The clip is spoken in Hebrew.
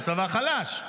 הוא צבא חלש,